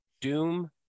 Doom